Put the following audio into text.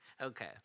Okay